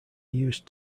used